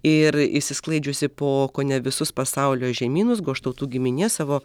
ir išsisklaidžiusi po kone visus pasaulio žemynus goštautų giminė savo